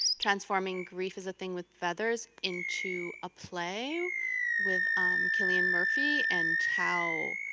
transforming grief is a thing with feathers into a play with cillian murphy, and how